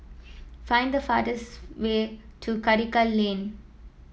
find the fastest way to Karikal Lane